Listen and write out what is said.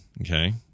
okay